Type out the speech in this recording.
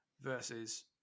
versus